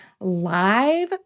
live